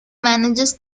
manages